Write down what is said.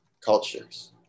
cultures